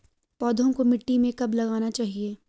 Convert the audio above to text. पौधों को मिट्टी में कब लगाना चाहिए?